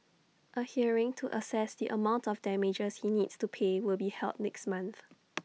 A hearing to assess the amount of damages he needs to pay will be held next month